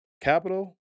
capital